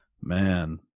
Man